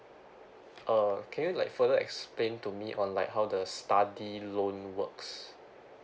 oh can you like further explain to me on like how does the study loan works